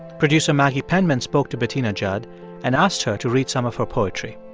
producer maggie penman spoke to bettina judd and asked her to read some of her poetry